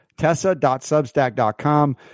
Tessa.substack.com